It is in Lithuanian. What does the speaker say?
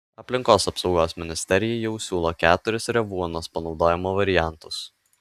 aplinkos apsaugos ministerijai jau siūlo keturis revuonos panaudojimo variantus